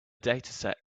dataset